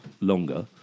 longer